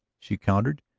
she countered.